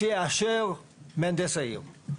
אסף, הבנתי את הטיעון שלכם.